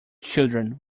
children